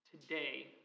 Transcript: today